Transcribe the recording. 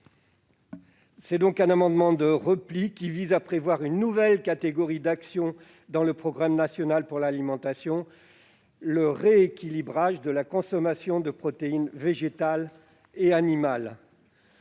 Cet amendement de repli vise à prévoir une nouvelle catégorie d'action dans le programme national pour l'alimentation : le rééquilibrage de la consommation de protéines végétales et animales.